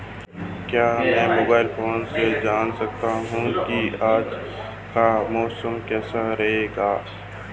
क्या मैं mobile phone से जान सकता हूँ कि आज मौसम कैसा रहेगा?